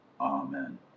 Amen